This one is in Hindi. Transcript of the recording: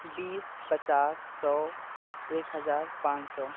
बीस पचास सौ एक हजार पाँच सौ